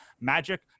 magic